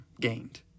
gained